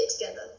together